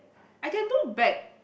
I can do back